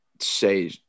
say